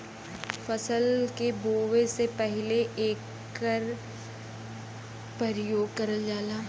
फसल के बोवे से पहिले एकर परियोग करल जाला